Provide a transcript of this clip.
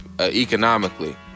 Economically